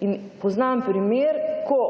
In poznam primer, ko